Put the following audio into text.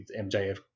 MJF